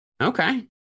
Okay